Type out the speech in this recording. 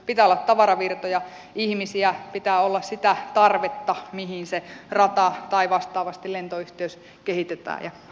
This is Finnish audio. pitää olla tavaravirtoja ihmisiä pitää olla sitä tarvetta mihin se rata tai vastaavasti lentoyhteys kehitetään ja luodaan